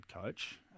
coach